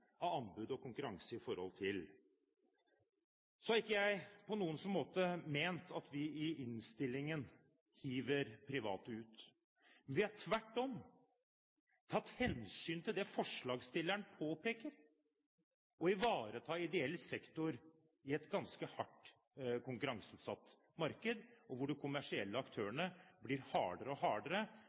av anbud og konkurranse i forhold til. Så har ikke jeg på noen måte ment at vi i innstillingen hiver private ut. Vi har tvert om tatt hensyn til det forslagsstillerne påpeker, å ivareta ideell sektor i et ganske hardt konkurranseutsatt marked, og hvor de kommersielle aktørene blir hardere og hardere